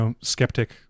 skeptic